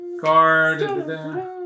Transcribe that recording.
card